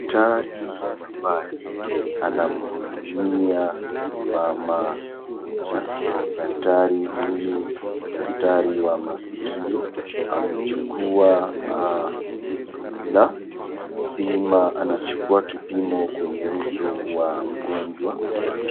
Daktari ambaye anamhudumia mama moja, daktari huyu ni daktari wa maskio amechukua ruler ,anapima anachukua kipimo kwenye uso wa mgonjwa wake.